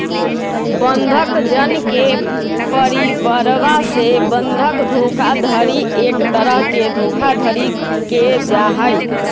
बंधक जन के परिवरवा से बंधक धोखाधडी एक तरह के धोखाधडी के जाहई